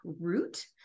root